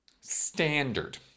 standard